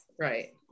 Right